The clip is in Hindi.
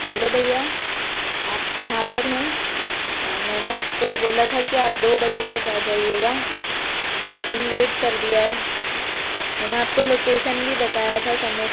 हेलो भैया आप कहाँ पर हैं मैंने आपको बोला था कि आप दो बजे तक आ जाइएगा पर आपने लेट कर दिया है मैंने आपको लोकेशन भी बताया था समय